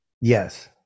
Yes